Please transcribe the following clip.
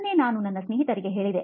ಅದನ್ನೇ ನಾನು ನನ್ನ ಸ್ನೇಹಿತರಿಗೆ ಹೇಳಿದೆ